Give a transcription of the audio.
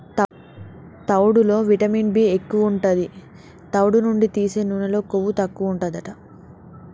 తవుడులో vitamin B ఎక్కువు ఉంటది, తవుడు నుండి తీసే నూనెలో కొవ్వు తక్కువుంటదట